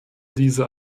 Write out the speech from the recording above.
diese